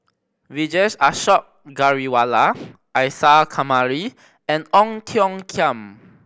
Vijesh Ashok Ghariwala Isa Kamari and Ong Tiong Khiam